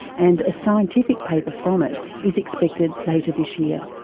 and a scientific paper from it is expected later this year.